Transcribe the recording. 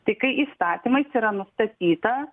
tai kai įstatymais yra nustatyta